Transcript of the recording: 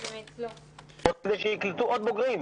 אני רוצה שיקלטו עוד בוגרים.